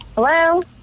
Hello